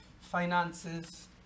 Finances